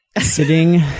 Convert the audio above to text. sitting